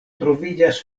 troviĝas